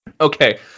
Okay